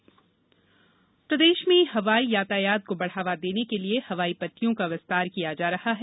हवाई अड्डा प्रदेश में हवाई यातायात को बढ़ावा देने के लिये हवाई पटिटयों का विस्तार किया जा रहा है